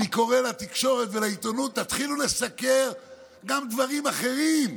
אני קורא לתקשורת ולעיתונות: תתחילו לסקר גם דברים אחרים,